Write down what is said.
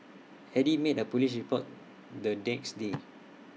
Eddy made A Police report the next day